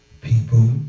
People